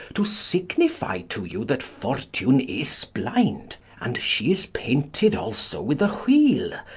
to signifie to you, that fortune is blinde and shee is painted also with a wheele,